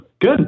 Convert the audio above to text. Good